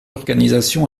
organisation